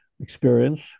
experience